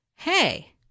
Hey